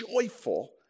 joyful